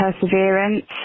perseverance